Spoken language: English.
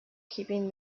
keeping